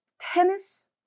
tennis